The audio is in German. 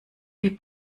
die